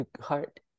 heart